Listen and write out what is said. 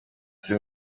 izi